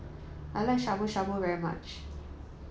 I like Shabu Shabu very much